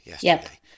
Yesterday